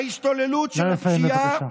ההשתוללות של הפשיעה, נא לסיים, בבקשה.